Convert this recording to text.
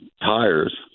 tires